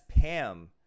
Pam